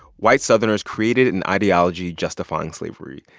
white southerners created an ideology justifying slavery.